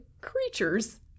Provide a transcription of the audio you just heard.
creatures